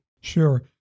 Sure